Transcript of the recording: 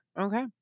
Okay